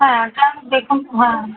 হ্যাঁ তাহলে দেখুন হ্যাঁ